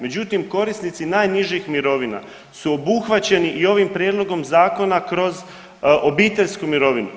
Međutim, korisnici najnižih mirovina su obuhvaćeni i ovim prijedlogom zakona kroz obiteljsku mirovinu.